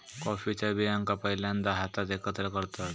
कॉफीच्या बियांका पहिल्यांदा हातात एकत्र करतत